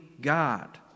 God